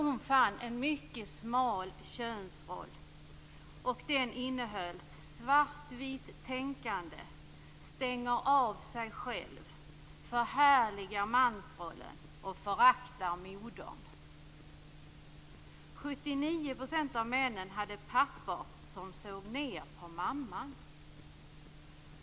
Hon fann en smalt avgränsad könsroll. Den innehöll svartvit tänkande, att stänga av sig själv, förhärligande av mansrollen och förakt av modern. 79 % av männen hade pappor som såg ned på mamman.